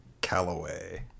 Callaway